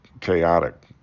chaotic